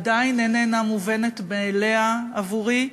עדיין איננה מובנת מאליה עבורי.